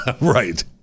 Right